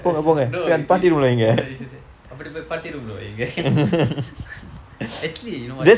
no you should say அப்படி போய் பாட்டி:appadi poi paatti room இல்ல வையுங்க:illa vayunka actually you know what